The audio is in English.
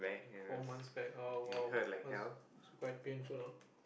four months back oh !wow! must be quite painful ah